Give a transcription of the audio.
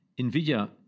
NVIDIA